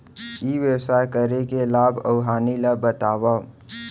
ई व्यवसाय करे के लाभ अऊ हानि ला बतावव?